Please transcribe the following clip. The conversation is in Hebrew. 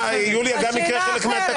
יוליה גם הקריאה חלק מהתקדימים.